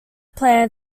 plan